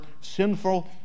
sinful